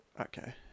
Okay